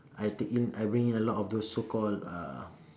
I take in I bring in a lot of so called uh